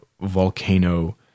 volcano